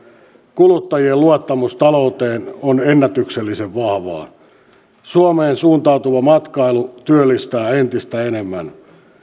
kuluttajien luottamus talouteen on ennätyksellisen vahvaa suomeen suuntautuva matkailu työllistää entistä enemmän